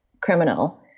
Criminal